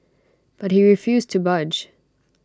but he refused to budge